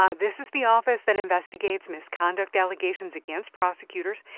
um this is the office that investigates misconduct allegations against prosecutors.